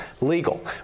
legal